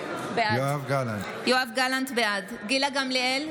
בעד גילה גמליאל,